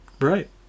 right